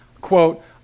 quote